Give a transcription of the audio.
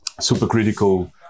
supercritical